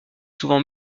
souvent